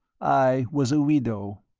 i was a widow.